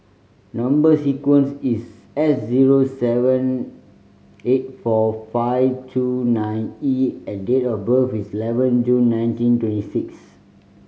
number sequence is S zero seven eight four five two nine E and date of birth is eleven June nineteen twenty six